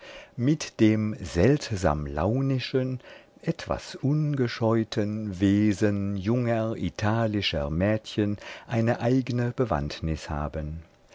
mit dem seltsam launischen etwas ungescheuten wesen junger italischer mädchen eine eigne bewandtnis haben